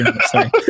Sorry